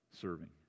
serving